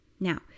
Now